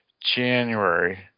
January